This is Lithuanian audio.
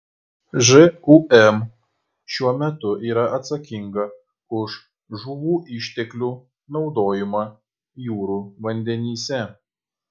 žūm šiuo metu yra atsakinga už žuvų išteklių naudojimą jūrų vandenyse